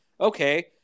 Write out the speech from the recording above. okay